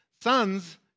sons